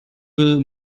will